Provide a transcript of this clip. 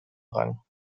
rang